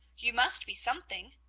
you must be something.